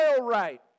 right